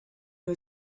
who